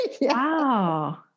Wow